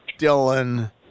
Dylan